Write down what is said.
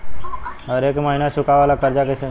हरेक महिना चुकावे वाला कर्जा कैसे मिली?